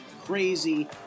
crazy